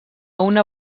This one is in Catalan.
una